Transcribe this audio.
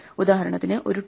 ഉദാഹരണത്തിന് ഒരു ട്രീ